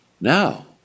Now